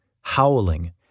howling